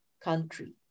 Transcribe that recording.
country